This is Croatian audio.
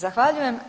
Zahvaljujem.